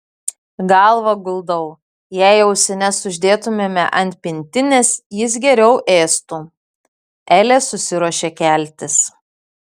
galvą guldau jei ausines uždėtumėme ant pintinės jis geriau ėstų elė susiruošė keltis